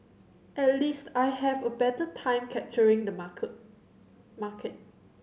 at least I have a better time capturing the marker market